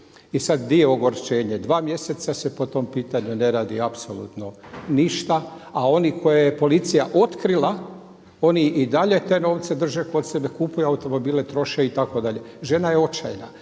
i sad di je ogorčenje? Dva mjeseca se po tom pitanju ne radi apsolutno ništa, a oni koje je policija otkrila oni i dalje te novce drže kod sebe, kupuju automobile, troše itd. Žena je očajna,